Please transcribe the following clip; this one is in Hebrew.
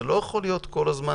זה לא יכול להיות כל הזמן